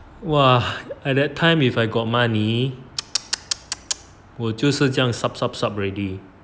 !wah! at that time if I got money 我就是这样 sub sub sub already